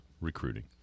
recruiting